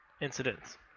incidents